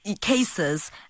cases